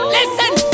Listen